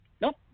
Nope